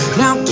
now